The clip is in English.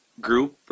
group